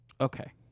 okay